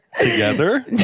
Together